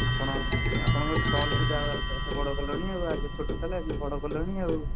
ଆପଣ ଅଛନ୍ତି ଆପଣଙ୍କୁ ଷ୍ଟଲ୍କୁ ଯାହେଉ ଆସ୍ତେ ଆସ୍ତେ ବଡ଼ କଲଣି ଆଉ ଆଗେ ଛୋଟ ଥିଲା ଏବେ ବଡ଼ କଲଣି ଆଉ